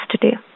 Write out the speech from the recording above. today